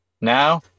Now